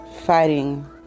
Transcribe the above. fighting